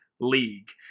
League